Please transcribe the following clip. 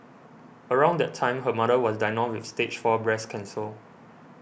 around that time her mother was diagnosed with Stage Four breast cancer